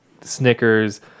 Snickers